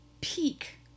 peak